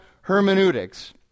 hermeneutics